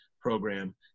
program